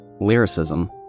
lyricism